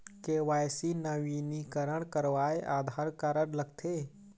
KYC नवीनीकरण करवाये Aadhaar card लगथे?